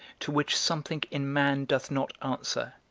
to which something in man doth not answer,